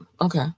okay